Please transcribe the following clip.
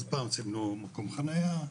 אז פעם סימנו מקום חניה,